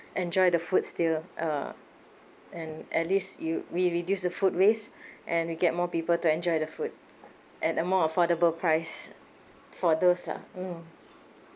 enjoy the food still uh and at least you we reduce the food waste and we get more people to enjoy the food at a more affordable price for those lah mmhmm